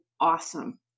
awesome